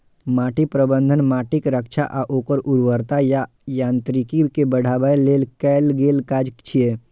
माटि प्रबंधन माटिक रक्षा आ ओकर उर्वरता आ यांत्रिकी कें बढ़ाबै लेल कैल गेल काज छियै